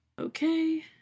Okay